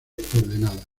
ordenada